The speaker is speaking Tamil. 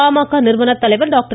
பாமக நிறுவனத்தலைவர் டாக்டர்